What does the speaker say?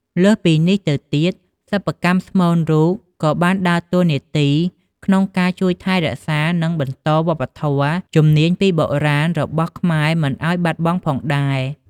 លើសពីនេះទៅទៀតសិប្បកម្មស្មូនរូបក៏បានដើរតួនាទីក្នុងការជួយថែរក្សានិងបន្តវប្បធម៌ ជំនាញពីបុរាណរបស់ខ្មែរមិនឲ្យបាត់បង់ផងដែរ។